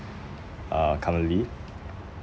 uh currently